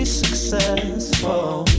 successful